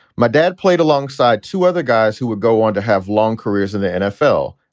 my dad played alongside two other guys who would go on to have long careers in the nfl.